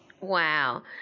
Wow